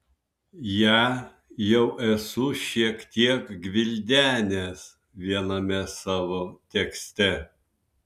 ją jau esu šiek tiek gvildenęs viename savo tekste